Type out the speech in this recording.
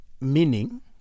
meaning